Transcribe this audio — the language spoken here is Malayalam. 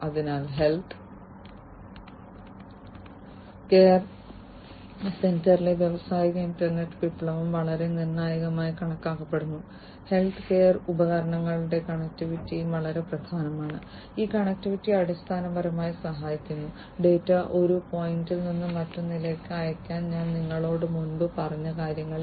അതിനാൽ ഹെൽത്ത് കെയർ സെന്ററിലെ വ്യാവസായിക ഇന്റർനെറ്റ് വിപ്ലവം വളരെ നിർണായകമായി കണക്കാക്കപ്പെടുന്നു ഹെൽത്ത് കെയർ ഉപകരണങ്ങളുടെ കണക്റ്റിവിറ്റിയും വളരെ പ്രധാനമാണ് ഈ കണക്റ്റിവിറ്റി അടിസ്ഥാനപരമായി സഹായിക്കുന്നു ഡാറ്റ ഒരു പോയിന്റിൽ നിന്ന് മറ്റൊന്നിലേക്ക് അയയ്ക്കാൻ ഞാൻ നിങ്ങളോട് മുമ്പ് പറഞ്ഞ കാര്യങ്ങളിൽ